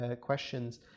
questions